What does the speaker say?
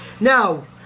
Now